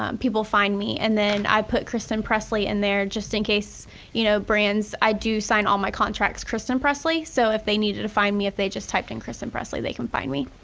um people find me. and then i put kristin pressley in there just in case you know brands, i do sign all my contracts kristin pressley, so if they needed to find me, if they just typed in kristin pressley, they can find me.